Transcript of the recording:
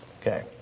Okay